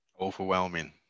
Overwhelming